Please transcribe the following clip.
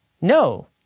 No